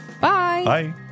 Bye